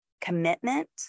commitment